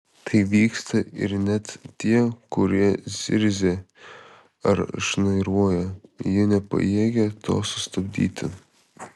tai vyksta ir net tie kurie zirzia ar šnairuoja jie nepajėgia to sustabdyti